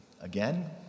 again